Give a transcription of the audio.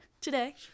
today